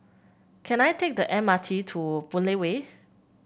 can I take the M R T to Boon Lay Way